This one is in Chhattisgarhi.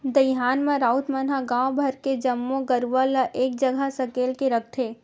दईहान म राउत मन ह गांव भर के जम्मो गरूवा ल एक जगह सकेल के रखथे